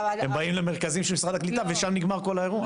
הם באים למרכזים של משרד הקליטה ושם נגמר כל האירוע.